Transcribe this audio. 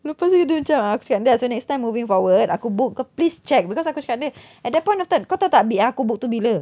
lepas tu dia macam aku cakap dengan dia so next time moving forward aku book kau please check because aku cakap dengan dia at that point of time kau tahu tak date yang aku book tu bila